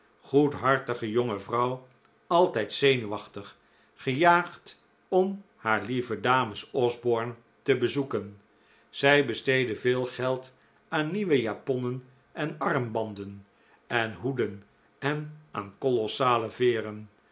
goedhartige jonge vrouw altijd zenuwachtig gejaagd om haar lieve dames osborne te bezoeken zij besteedde veel geld aan nieuwe japonnen en armbanden en hoeden en aan kolossale